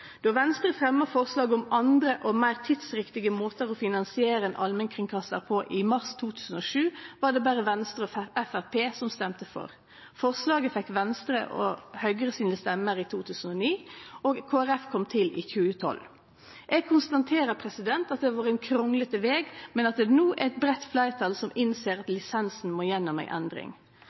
Då Venstre fremja forslag om andre og meir tidsriktige måtar å finansiere ein allmennkringkastar på i mars 2007, var det berre Venstre og Framstegspartiet som stemte for. Forslaget fekk Venstre og Høgre sine stemmer i 2009, og Kristeleg Folkeparti kom til i 2012. Eg konstaterer at det har vore ein kranglete veg, men at det no er eit breitt fleirtal som innser at lisensen må gjennom ei endring.